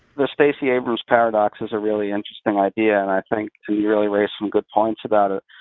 the stacey abrams paradox is a really interesting idea, and i think you really raise some good points about it.